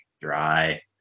dry